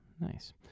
Nice